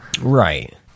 Right